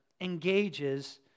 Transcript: engages